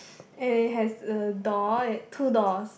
it has a door two doors